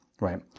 right